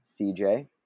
CJ